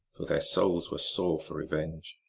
for their souls were sore for revenge.